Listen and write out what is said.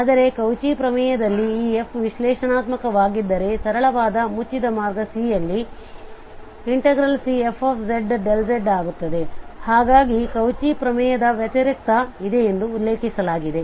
ಆದರೆ ಕೌಚಿ ಪ್ರಮೇಯದಲ್ಲಿ ಈ f ವಿಶ್ಲೇಷಣಾತ್ಮಕ ವಾಗಿದ್ದಾರೆ ಸರಳವಾದ ಮುಚ್ಚಿದ ಮಾರ್ಗ C ಯಲ್ಲಿ Cfzdz0 ಆಗುತ್ತದೆ ಹಾಗಾಗಿ ಕೌಚಿ ಪ್ರಮೇಯದ ವ್ಯತಿರಿಕ್ತ ಇದೆಯೆಂದು ಉಲ್ಲೇಖಿಸುವುದಾಗಿದೆ